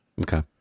Okay